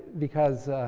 because